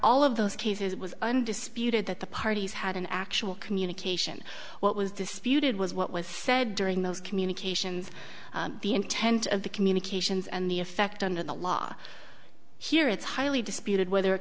all of those cases it was undisputed that the parties had an actual communication what was disputed was what was said during those communications the intent of the communications and the effect under the law here it's highly disputed whether